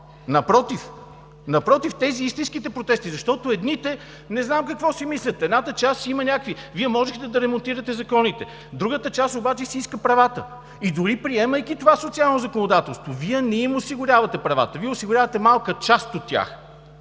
Напротив, тези – истинските протести, защото едните, не знам какво си мислите, едната част си има някакви… Вие можехте да ремонтирате законите, другата част обаче си иска правата. И дори приемайки това социално законодателство Вие не им осигурявате правата. Вие осигурявате малка част от тях.